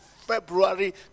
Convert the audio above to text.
February